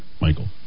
Michael